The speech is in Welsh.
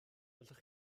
allwch